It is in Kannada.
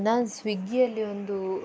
ನಾನು ಸ್ವಿಗ್ಗಿಯಲ್ಲಿ ಒಂದು